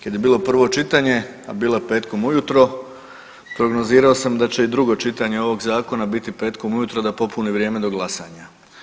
Kad je bilo prvo čitanje, a bilo je petkom ujutro prognozirao sam da će i drugo čitanje ovog zakona biti petkom ujutro da popuni vrijeme do glasanja.